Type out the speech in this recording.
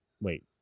Wait